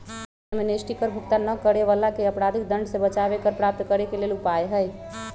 tax amnesty कर भुगतान न करे वलाके अपराधिक दंड से बचाबे कर प्राप्त करेके लेल उपाय हइ